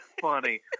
Funny